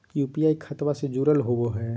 UPI खतबा से जुरल होवे हय?